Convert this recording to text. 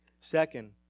Second